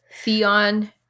Theon